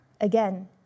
Again